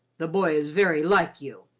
the boy is very like you,